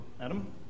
Adam